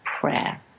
prayer